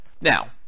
Now